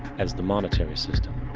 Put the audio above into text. as the monetary system.